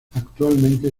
actualmente